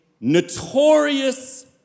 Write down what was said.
notorious